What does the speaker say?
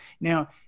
Now